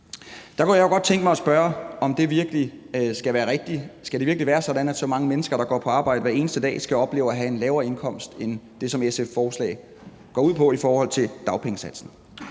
Der kunne jeg jo godt tænke mig at spørge, om det virkelig skal være rigtigt. Skal det virkelig være sådan, at så mange mennesker, der går på arbejde hver eneste dag, skal opleve at have en lavere indkomst end det, som SF's forslag går ud på i forhold til dagpengesatsen?